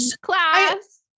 class